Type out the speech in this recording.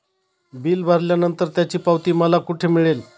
Bill भरल्यानंतर त्याची पावती मला कुठे मिळेल?